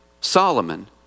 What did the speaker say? Solomon